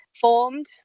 formed